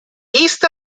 east